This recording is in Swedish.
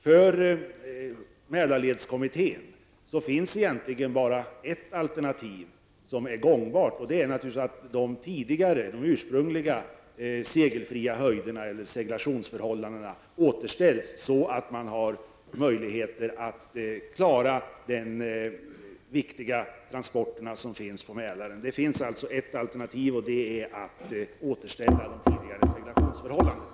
För Mälarledskommittén finns det egentligen bara ett alternativ som är gångbart, nämligen att de tidigare gällande, ursprungliga segelfria höjderna och seglationsförhållandena återställs, så att det finns möjligheter att klara av de viktiga transporter som sker på Mälaren. Det finns alltså ett alternativ, nämligen att återställa de tidigare rådande seglationsförhållandena.